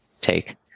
take